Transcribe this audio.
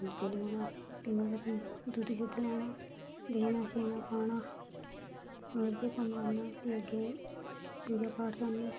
चली पौना रुट्टी दुद्ध शुद्ध लैना देना शेना पाना बस इ'यै कम्म करना फ्ही अग्गें पूजा पाठ करनी